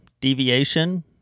deviation